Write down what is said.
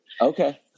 Okay